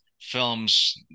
films